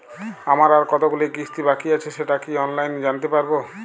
আমার আর কতগুলি কিস্তি বাকী আছে সেটা কি অনলাইনে জানতে পারব?